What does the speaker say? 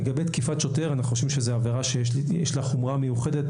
לגבי תקיפת שוטר אנחנו חושבים שזו עבירה שיש לה חומרה מיוחדת